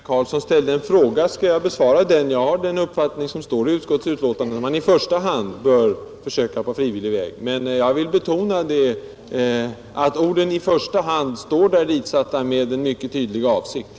Herr talman! Eftersom herr Karlsson i Huskvarna ställde en direkt fråga till mig skall jag besvara den. Jag står för uttalandet i utskottets betänkande, att i första hand bör vi försöka på frivillig väg. Men jag vill betona att orden ”i första hand” är ditsatta i mycket tydlig avsikt.